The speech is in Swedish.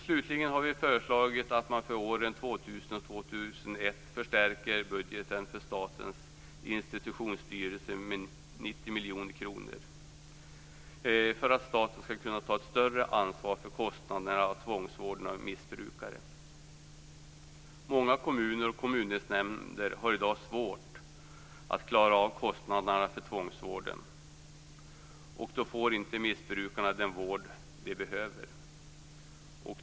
Slutligen har vi föreslagit att man för åren 2000 och 2001 förstärker budgeten för Statens institutionsstyrelse med 90 miljoner kronor för att staten skall kunna ta ett större ansvar för kostnaderna av tvångsvården av missbrukare. Många kommuner och kommundelsnämnder har i dag svårt att klara av kostnaderna för tvångsvården, och då får missbrukarna inte den vård som de behöver.